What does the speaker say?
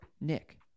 Nick